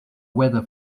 weather